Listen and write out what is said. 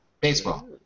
Baseball